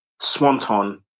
Swanton